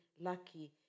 lucky